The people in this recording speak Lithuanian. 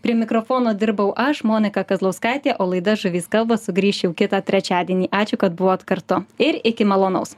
prie mikrofono dirbau aš monika kazlauskaitė o laida žuvys kalba sugrįš jau kitą trečiadienį ačiū kad buvot kartu ir iki malonaus